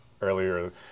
earlier